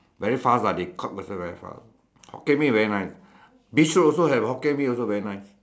very fast [what] they cook also very fast Hokkien Mee very nice beach road also have Hokkien Mee also very nice